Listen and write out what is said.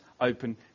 open